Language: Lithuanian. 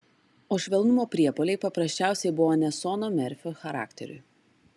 o švelnumo priepuoliai paprasčiausiai buvo ne sono merfio charakteriui